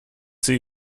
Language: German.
sie